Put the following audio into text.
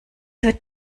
wird